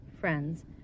friends